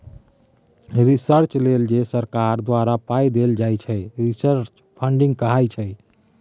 research लेल जे सरकार द्वारा पाइ देल जाइ छै रिसर्च फंडिंग कहाइ छै